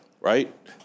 right